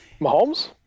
Mahomes